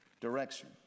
direction